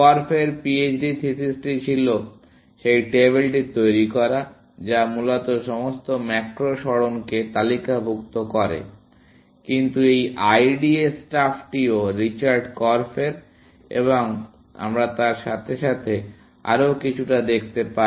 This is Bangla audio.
কর্ফ এর পিএইচডি থিসিসটি ছিল সেই টেবিলটি তৈরি করা যা মূলত সমস্ত ম্যাক্রো সরণকে তালিকাভুক্ত করে কিন্তু এই IDA স্টাফটিও রিচার্ড কর্ফের এবং আমরা তার সাথে আরও কিছুটা দেখতে পাই